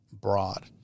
broad